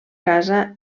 casa